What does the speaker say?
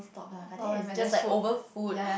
talk lah but then is just like over food